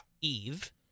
Eve